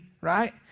right